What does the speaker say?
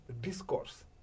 discourse